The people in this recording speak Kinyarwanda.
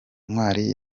ntwali